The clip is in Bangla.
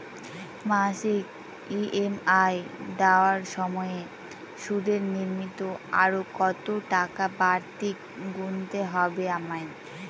মাসিক ই.এম.আই দেওয়ার সময়ে সুদের নিমিত্ত আরো কতটাকা বাড়তি গুণতে হবে আমায়?